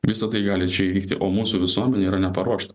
visa tai gali čia įvykti o mūsų visuomenė yra neparuošta